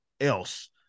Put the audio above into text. else